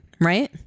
Right